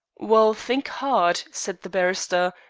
well, think hard, said the barrister,